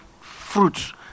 fruits